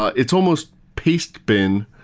ah it's almost paste bin,